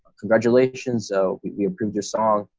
congratulations. so we we approved your song.